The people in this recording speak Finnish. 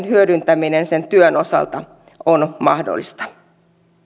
hyödyntäminen sen työn osalta on mahdollista